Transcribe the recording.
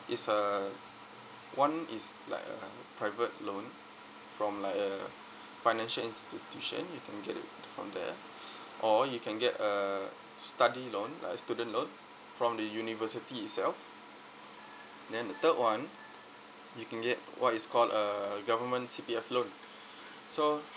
it's uh one is like a private loan from like a financial institution you can get it from there or you can get a study loan like student loan from the university itself then the third one you can get what is called a government C_P_F loan so